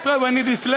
טוב, אני דיסלקט.